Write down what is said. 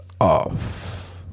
off